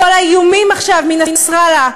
כל האיומים עכשיו מנסראללה,